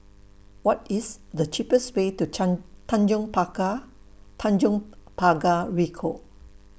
What IS The cheapest Way to Tanjong Pakar Tanjong Pagar Ricoh